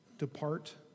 depart